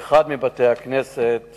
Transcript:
באחד מבתי-הכנסת